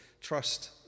trust